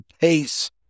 pace